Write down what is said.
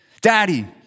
Daddy